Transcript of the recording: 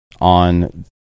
on